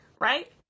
right